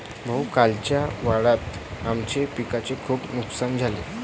भाऊ, कालच्या वादळात आमच्या पिकाचे खूप नुकसान झाले